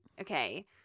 Okay